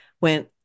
went